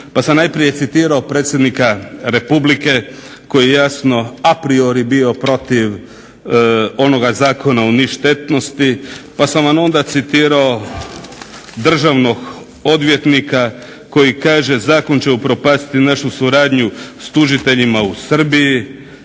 pa sam najprije citirao predsjednika republike koji jasno bio a priori onoga Zakona o ništetnosti, pa sam vam citirao državnog odvjetnika koji je jasno kaže "zakon će upropastiti našu suradnju s tužiteljima u Srbiji".